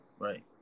right